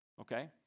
okay